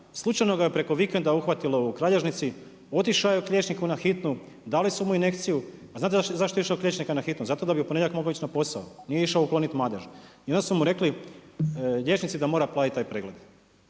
slučajno ga je preko vikenda uhvatio u kralježnici, otišao je k liječniku na hitnu, dali su mu injekciju. A znate zašto je išao kod liječnika na hitnu? Zato da bi u ponedjeljak mogao ići na posao, nije išao ukloniti madeže. I onda su mu rekli liječnici da mora platiti taj pregled.